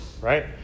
right